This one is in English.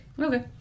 Okay